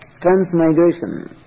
transmigration